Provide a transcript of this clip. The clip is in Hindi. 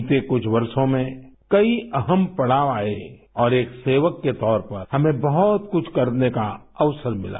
बीते कुछ वर्षो में कई अहम पड़ाव आये और एक सेवक के तौर पर हमें बहत कुछ करने का अवसर मिला